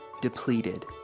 depleted